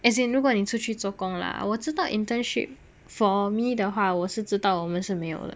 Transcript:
as in 如果你出去做工 lah 我知道 internship for me 的话我是知道我们是没有的